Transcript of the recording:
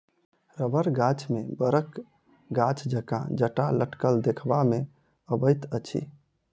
रबड़ गाछ मे बड़क गाछ जकाँ जटा लटकल देखबा मे अबैत अछि